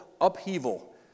upheaval